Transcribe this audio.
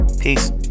Peace